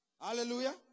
Hallelujah